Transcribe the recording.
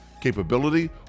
capability